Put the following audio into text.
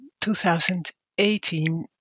2018